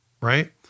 right